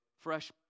Fresh